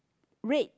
red